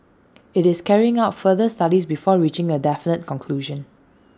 IT is carrying out further studies before reaching A definite conclusion